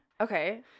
Okay